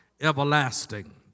everlasting